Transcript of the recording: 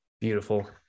Beautiful